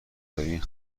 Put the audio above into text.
دارین